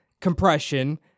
compression